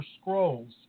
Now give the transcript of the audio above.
Scrolls